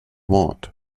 want